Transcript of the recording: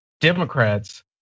Democrats